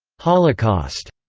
holocaust,